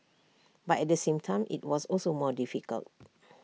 but at the same time IT was also more difficult